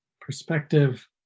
perspective